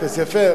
אפס, יפה.